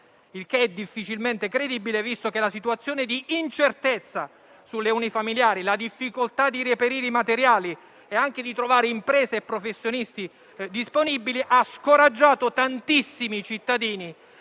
Il che è difficilmente credibile, visto che la situazione di incertezza sulle unifamiliari, la difficoltà di reperire i materiali e anche di trovare imprese e professionisti disponibili hanno scoraggiato tantissimi cittadini